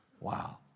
Wow